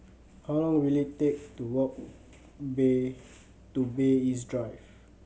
how long will it take to walk Bay to Bay East Drive